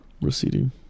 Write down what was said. Receding